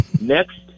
Next